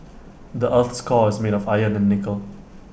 the Earth's core is made of iron and nickel